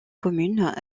communes